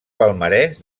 palmarès